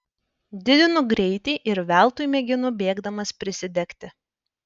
didinu greitį ir veltui mėginu bėgdamas prisidegti